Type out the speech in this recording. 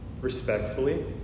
respectfully